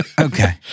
Okay